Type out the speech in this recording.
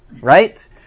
right